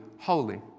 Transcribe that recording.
holy